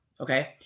okay